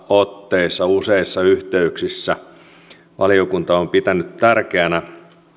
otteeseen useissa yhteyksissä valiokunta on on pitänyt tärkeänä